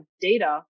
data